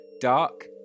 Dark